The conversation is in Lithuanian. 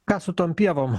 ką su tom pievom